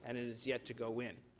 and it has yet to go in.